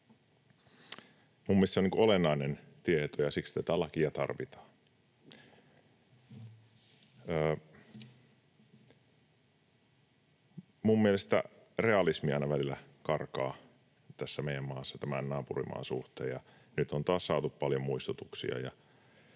Mielestäni se on olennainen tieto, ja siksi tätä lakia tarvitaan. Mielestäni realismi aina välillä karkaa täällä meidän maassamme tämän naapurimaan suhteen, ja nyt on taas saatu paljon muistutuksia.